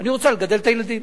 אני רוצה לגדל את הילדים.